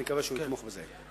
ואני מקווה שהוא יתמוך בה.